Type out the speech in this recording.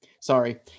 sorry